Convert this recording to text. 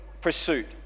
pursuit